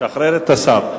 שחרר את השר.